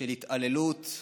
של התעללות,